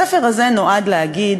הספר הזה נועד להגיד: